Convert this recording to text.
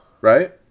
Right